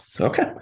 Okay